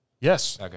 Yes